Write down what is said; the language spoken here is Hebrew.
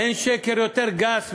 אין שקר יותר גס מזה,